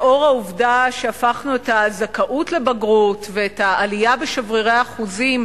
לאור העובדה שהפכנו את הזכאות לבגרות ואת העלייה בשברירי האחוזים